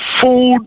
food